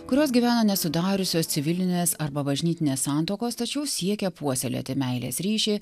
kurios gyvena nesudariusios civilinės arba bažnytinės santuokos tačiau siekia puoselėti meilės ryšį